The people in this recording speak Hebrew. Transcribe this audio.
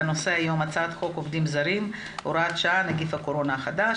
על סדר היום הצעת חוק עובדים זרים (הוראת שעה נגיף הקורונה החדש),